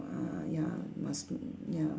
ah ya must m~ ya